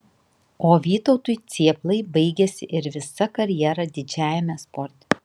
o vytautui cėplai baigėsi ir visa karjera didžiajame sporte